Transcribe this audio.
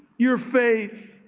your faith.